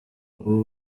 ubu